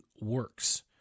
works